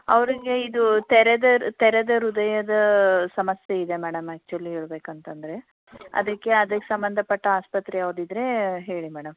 ಅವರಿಗೆ ಇದು ತೆರೆದ ಹೃ ತೆರೆದ ಹೃದಯದ ಸಮಸ್ಯೆ ಇದೆ ಮೇಡಮ್ ಆ್ಯಕ್ಚುಲಿ ಹೇಳಬೇಕಂತಂದ್ರೆ ಅದಕ್ಕೆ ಅದಕ್ಕೆ ಸಂಬಂಧಪಟ್ಟ ಆಸ್ಪತ್ರೆ ಯಾವುದಿದ್ದರೆ ಹೇಳಿ ಮೇಡಮ್